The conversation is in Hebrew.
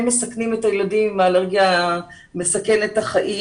הם אלו שמסכנים את הילדים עם האלרגיה מסכנת החיים.